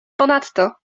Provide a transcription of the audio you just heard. ponadto